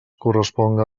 corresponga